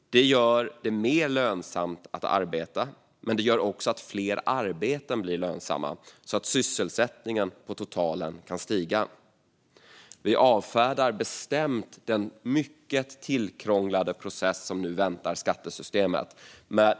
Det gör det mer lönsamt att arbeta och även att fler arbeten blir mer lönsamma så att sysselsättningen på totalen kan stiga. Vi avfärdar bestämt den mycket tillkrånglade process som nu väntar skattesystemet.